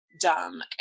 dumb